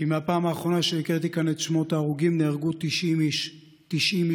כי מהפעם האחרונה שהקראתי כאן את שמות ההרוגים נהרגו 90 איש בכבישים,